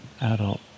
adult